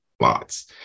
lots